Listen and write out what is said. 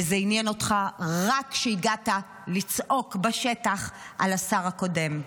וזה עניין אותך רק כשהגעת לצעוק בשטח על השר הקודם.